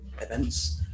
events